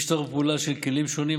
יש צורך בפעולה של כלים שונים,